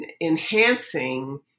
enhancing